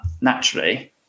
Naturally